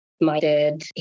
minded